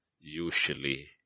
usually